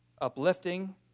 uplifting